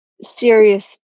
serious